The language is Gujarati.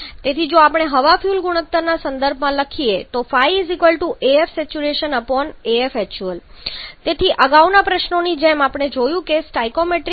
તેથી જો આપણે હવા ફ્યુઅલ ગુણોત્તરના સંદર્ભમાં લખવા માંગીએ તો તે બનશે stoiactual તેથી અગાઉના પ્રશ્નની જેમ આપણે જોયું કે સ્ટોઇકિયોમેટ્રિક એક બનાવવા માટે 12